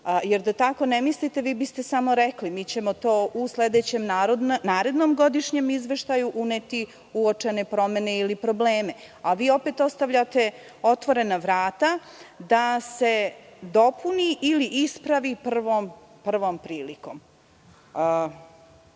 Da tako ne mislite, vi biste samo rekli – mi ćemo to u sledećem, narednom godišnjem izveštaju uneti uočene promene ili probleme. Vi opet ostavljate otvorena vrata da se dopuni ili ispravi prvom prilikom.